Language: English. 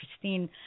Christine